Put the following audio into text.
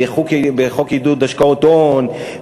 בחוק עידוד השקעות הון,